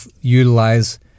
utilize